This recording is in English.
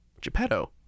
Geppetto